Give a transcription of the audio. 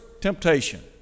temptation